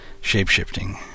shape-shifting